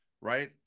right